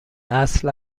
اصل